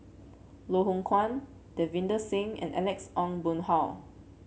Loh Hoong Kwan Davinder Singh and Alex Ong Boon Hau